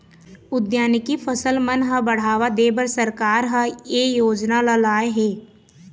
उद्यानिकी फसल मन ह बड़हावा देबर सरकार ह ए योजना ल लाए हे